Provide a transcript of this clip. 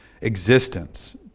existence